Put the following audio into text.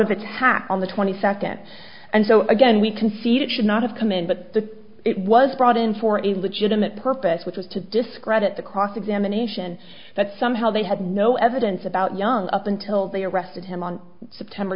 of a tap on the twenty second and so again we concede it should not have come in but the it was brought in for a legitimate purpose which was to discredit the cross examination that somehow they had no evidence about young up until they arrested him on september